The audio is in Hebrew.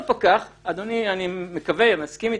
אותו פקח אני מקווה שתסכים איתי,